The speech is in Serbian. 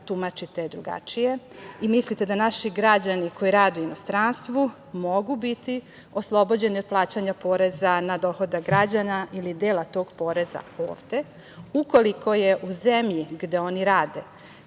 tumačite drugačije i mislite da naši građani koji rade u inostranstvu mogu biti oslobođeni od plaćanja poreza na dohodak građana ili dela tog poreza ovde, ukoliko je u zemlji gde oni rade